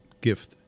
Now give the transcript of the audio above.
gift